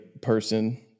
person